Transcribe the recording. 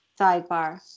Sidebar